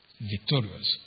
victorious